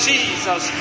Jesus